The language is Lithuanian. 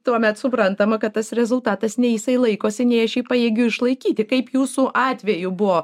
tuomet suprantama kad tas rezultatas nei jisai laikosi nei aš jį pajėgiu išlaikyti kaip jūsų atveju buvo